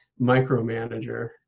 micromanager